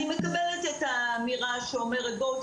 אני מקבלת את האמירה שאומרת "בואו,